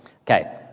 Okay